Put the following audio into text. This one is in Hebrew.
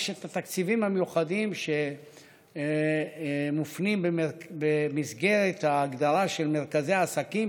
יש את התקציבים המיוחדים שמופנים במסגרת ההגדרה של מרכזי עסקים,